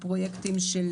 הפרויקטים של